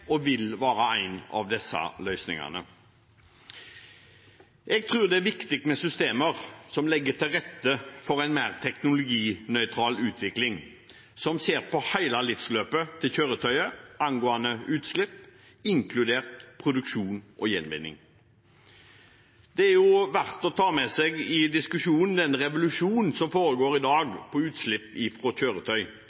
og vil være én av disse løsningene. Jeg tror det er viktig med systemer som legger til rette for en mer teknologinøytral utvikling, som ser på hele livsløpet til kjøretøyet angående utslipp, inkludert produksjon og gjenvinning. Det er verdt å ta med seg i diskusjonen den revolusjonen som i dag